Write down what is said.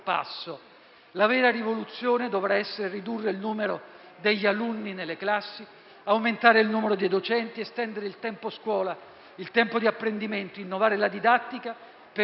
La vera rivoluzione dovrà essere quella che prevede di ridurre il numero degli alunni nelle classi, aumentare il numero dei docenti, estendere il tempo scuola e il tempo di apprendimento, innovare la didattica per dare